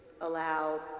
allow